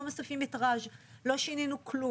לא שינינו כלום.